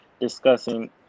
discussing